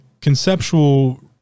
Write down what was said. conceptual